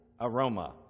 aroma